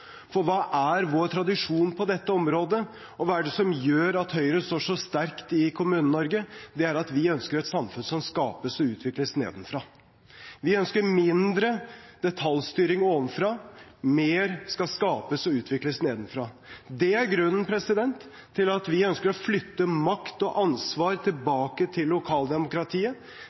For hva er vår tradisjon på dette området, og hva er det som gjør at Høyre står så sterkt i Kommune-Norge? Det er at vi ønsker et samfunn som skapes og utvikles nedenfra. Vi ønsker mindre detaljstyring ovenfra. Mer skal skapes og utvikles nedenfra. Det er grunnen til at vi ønsker å flytte makt og ansvar